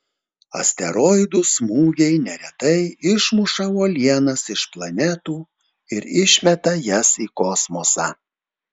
asteroidų smūgiai neretai išmuša uolienas iš planetų ir išmeta jas į kosmosą